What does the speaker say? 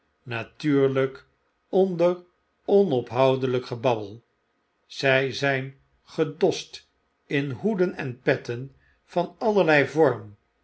onder onophoudelijk gebabbei zg zgn gedost in hoeden en petten van allerlei vorm